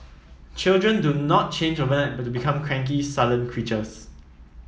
children do not change overnight but become cranky sullen creatures